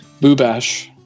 boobash